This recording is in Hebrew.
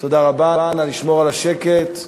נא לשמור על השקט.